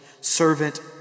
servant